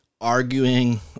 arguing